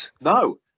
No